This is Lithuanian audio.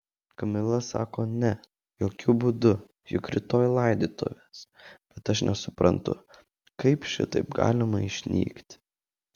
kamila sako ne jokiu būdu juk rytoj laidotuvės bet aš nesuprantu kaip šitaip galima išnykti